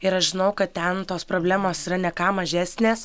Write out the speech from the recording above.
ir aš žinau kad ten tos problemos yra ne ką mažesnės